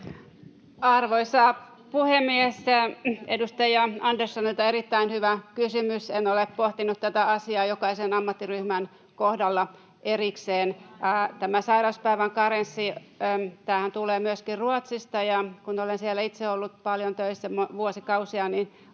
Arvoisa puhemies! Edustaja Anderssonilta erittäin hyvä kysymys. En ole pohtinut tätä asiaa jokaisen ammattiryhmän kohdalla erikseen. Sairauspäivän karenssi myöskin tulee Ruotsista. Kun olen siellä itse ollut paljon töissä vuosikausia,